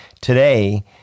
today